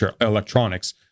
electronics